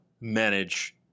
manage